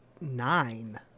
nine